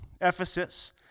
Ephesus